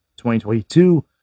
2022